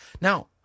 Now